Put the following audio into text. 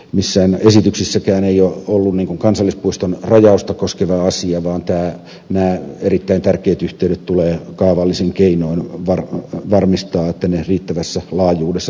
missä ne ovat yksissäkään ei missään esityksissäkään ole ollut kansallispuiston rajausta koskeva asia niin kaavallisin keinoin tulee varmistaa että nämä erittäin tärkeät yhteydet riittävässä laajuudessa tulevat toteutumaan